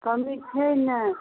कमी छै नहि